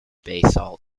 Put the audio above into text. basalt